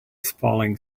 falling